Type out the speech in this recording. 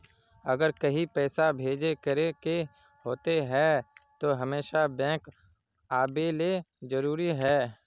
अगर कहीं पैसा भेजे करे के होते है तो हमेशा बैंक आबेले जरूरी है?